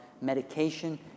medication